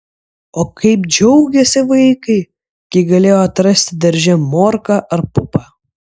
o kaip džiaugėsi vaikai kai galėjo atrasti darže morką ar pupą